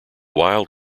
wild